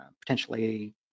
potentially